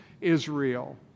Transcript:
Israel